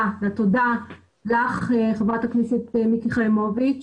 לתודה לך חברת הכנסת מיקי חיימוביץ',